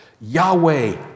Yahweh